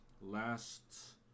last